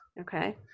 Okay